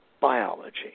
biology